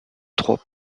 trois